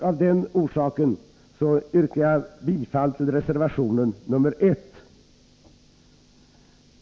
Av den orsaken yrkar jag bifall till reservation 1.